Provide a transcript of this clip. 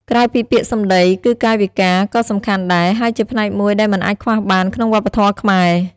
ក្រៅពីពាក្យសម្ដី គឺកាយវិការ ក៏សំខាន់ដែរ ហើយជាផ្នែកមួយដែលមិនអាចខ្វះបានក្នុងវប្បធម៌ខ្មែរ។